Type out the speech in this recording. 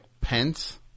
Pence